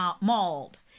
mauled